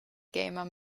gamer